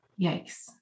yikes